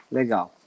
legal